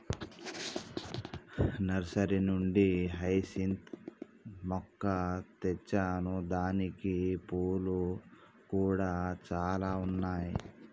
nursery నుండి hyacinth మొక్క తెచ్చాను దానికి పూలు కూడా చాల ఉన్నాయి